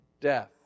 death